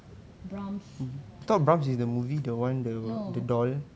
brams no